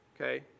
Okay